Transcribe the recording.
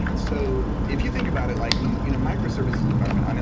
so if you think about it like in a micro service and environment i mean,